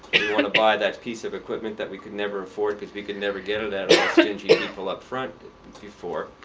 want to buy that piece of equipment that we could never afford because we could never get it at stingy people up front before.